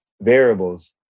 variables